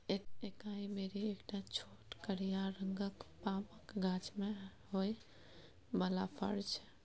एकाइ बेरी एकटा छोट करिया रंगक पामक गाछ मे होइ बला फर छै